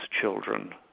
children